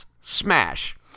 Smash